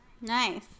Nice